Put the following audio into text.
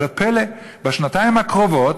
אבל פלא, בשנתיים הקרובות